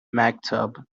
maktub